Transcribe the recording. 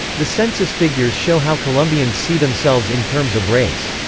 the census figures show how colombians see themselves in terms of race.